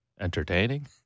entertaining